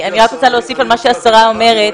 אני רק רוצה להוסיף על מה שהשרה אומרת.